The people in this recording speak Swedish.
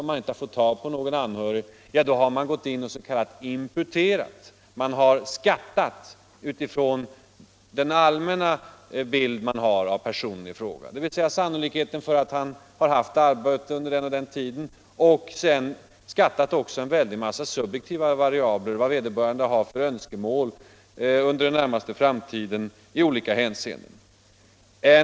Om man inte fått tag på någon anhörig har man imputerat — man har skattat utifrån den allmänna bild man har av personen i fråga och bedömt sannolikheten av att han har haft arbete under den och den tiden. Man har även skattat en stor mängd subjektiva variabler: vad vederbörande har för önskemål för den närmaste framtiden i olika hänseenden t.ex.